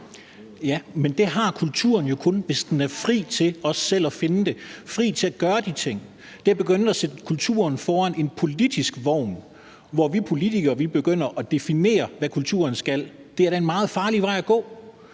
Ja, men det har kulturen jo kun, hvis den er fri til selv at vælge at gøre de ting. Det at begynde at spænde kulturen for en politisk vogn, hvor vi politikere begynder at definere, hvad kulturen skal, er en meget farlig vej at gå.